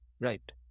Right